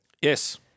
Yes